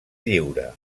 lliure